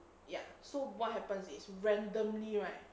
ya so what happens is randomly right